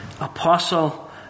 apostle